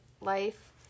life